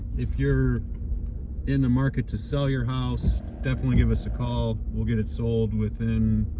if you're in the market to sell your house definitely give us a call. we'll get it sold within